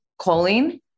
Choline